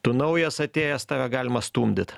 tu naujas atėjęs tave galima stumdyt